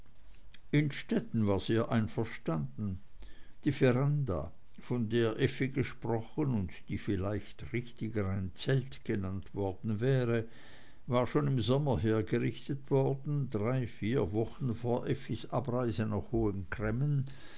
innstetten war sehr einverstanden die veranda von der effi gesprochen und die vielleicht richtiger ein zelt genannt worden wäre war schon im sommer hergerichtet worden drei vier wochen vor effis abreise nach